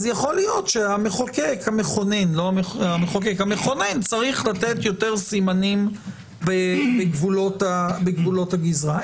אז יכול להיות שהמכונן צריך לתת יותר סימנים בגבולות הגזרה.